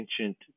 ancient